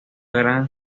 gran